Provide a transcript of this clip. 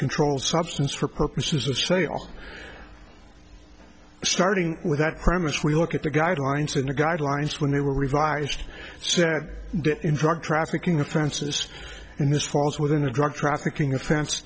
controlled substance for purposes of sale starting with that premise we look at the guidelines and the guidelines when they were revised so in prague trafficking of frances in this falls within a drug trafficking offense